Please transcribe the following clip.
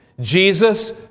Jesus